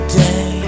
day